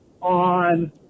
on